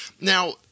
Now